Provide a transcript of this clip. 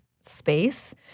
space